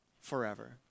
forever